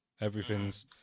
Everything's